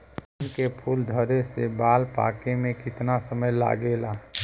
धान के फूल धरे से बाल पाके में कितना समय लागेला?